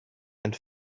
and